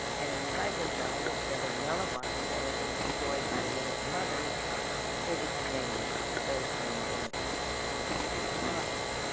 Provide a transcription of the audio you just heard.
and in wiesenfeld instead of nullifying benefits enjoyed by widowed mothers it extended those same benefits to widowed fathers.